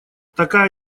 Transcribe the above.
такая